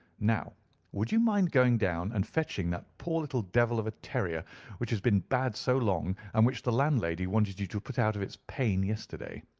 now would you mind going down and fetching that poor little devil of a terrier which has been bad so long, and which the landlady wanted you to put out of its pain yesterday.